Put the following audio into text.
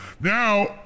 Now